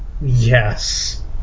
Yes